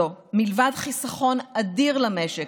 הזאת מלבד חיסכון אדיר למשק,